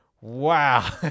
wow